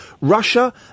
Russia